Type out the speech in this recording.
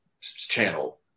channel